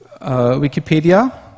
Wikipedia